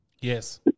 Yes